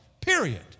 Period